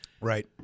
Right